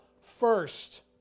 first